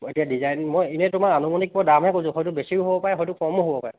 এতিয়া ডিজাইন মই এনেই তোমাৰ আনুমাণিক দামহে কৈছোঁ হয়টো বেছি হ'বও পাৰে হয়টো কম হ'বও পাৰে